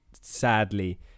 sadly